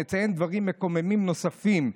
נציין דברים מקוממים נוספים,